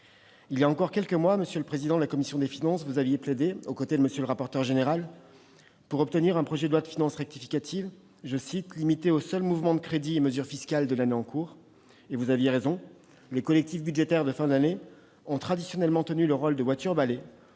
Voilà encore quelques mois, monsieur le président de la commission des finances, vous plaidiez, aux côtés de M. le rapporteur général, pour obtenir un projet de loi de finances rectificative « limité aux seuls mouvements de crédits et mesures fiscales de l'année en cours ». Vous aviez raison, les collectifs budgétaires de fin d'année ont traditionnellement tenu le rôle de « voiture-balai